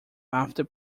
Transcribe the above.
after